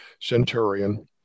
Centurion